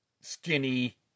skinny